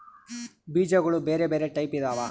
ಬೀಜಗುಳ ಬೆರೆ ಬೆರೆ ಟೈಪಿದವ